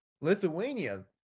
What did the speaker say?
Lithuania